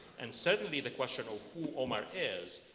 and certainly the question of who omar is,